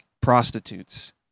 prostitutes